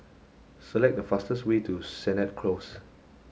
select the fastest way to Sennett Close